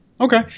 Okay